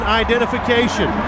identification